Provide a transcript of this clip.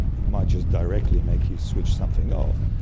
it might just directly make you switch something off.